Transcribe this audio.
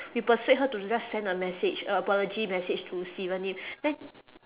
we persuade her to just send a message a apology message to steven lim then